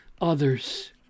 others